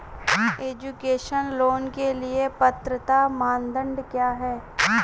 Education loan के लिए पात्रता मानदंड क्या है?